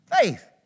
Faith